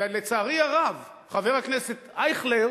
ולצערי הרב, חבר הכנסת אייכלר